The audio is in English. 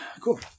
Cool